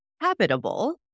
habitable